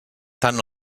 tant